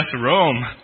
Rome